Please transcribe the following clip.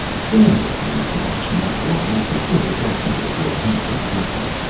stand there and watch now, while i fulfill the destiny of your handsome friend!